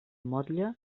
motlle